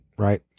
right